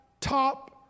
top